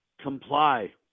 comply